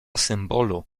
symbolu